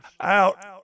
out